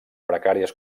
precàries